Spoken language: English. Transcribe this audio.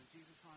Jesus